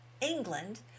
England